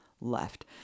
left